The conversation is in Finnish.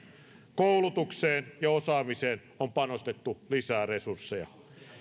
koulutukseen ja osaamiseen on panostettu lisää resursseja